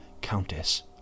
Countess